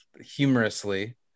humorously